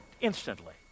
instantly